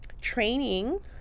training